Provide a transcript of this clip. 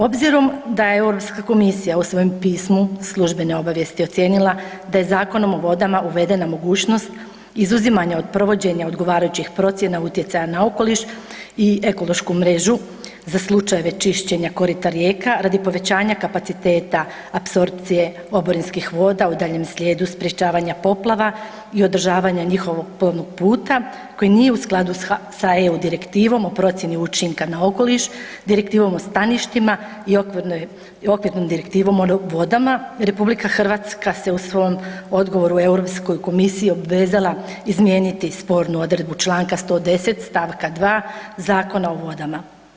Obzirom da je Europska komisija u svojem pismu službene obavijesti ocijenila da je Zakonom o vodama uvedena mogućnost izuzimanja od provođenja odgovarajućih procjena utjecaja na okoliš i ekološku mrežu za slučajeve čišćenja korita rijeka radi povećanja kapaciteta apsorpcije oborinskih voda u daljnjem slijedu sprječavanja poplava i održavanja njihovog plovnog puta koji nije u skladu sa EU Direktivom o procjeni učinka na okoliš, Direktivom o staništima i Okvirnom direktivom o vodama, RH se u svom odgovoru Europskoj komisiji obvezala izmijeniti spornu odredbu čl. 110. st. 2. Zakona o vodama.